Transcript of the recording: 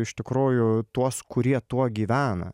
iš tikrųjų tuos kurie tuo gyvena